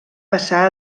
passar